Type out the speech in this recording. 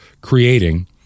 creating